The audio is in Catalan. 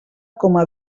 coma